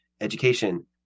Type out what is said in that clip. education